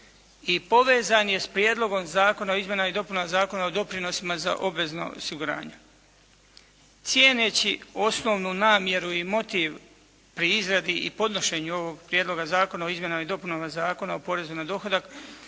i povezan je s Prijedlogom zakona o izmjenama i dopunama Zakona o doprinosima za obvezna osiguranja. Cijeneći osnovnu namjeru i motiv pri izradi i podnošenju ovog Prijedloga zakona o izmjenama i dopunama Zakona o porezu na dohodak